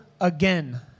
again